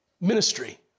ministry